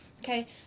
Okay